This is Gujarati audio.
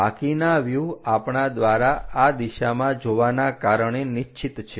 બાકીના વ્યુહ આપણા દ્વારા આ દિશામાં જોવાના કારણે નિશ્ચિત છે